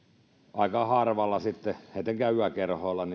sitten etenkin aika harvalla yökerholla on